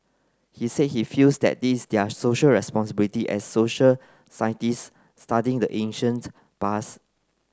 he said he feels that this their Social Responsibility as social scientist studying the ancient past